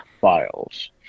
files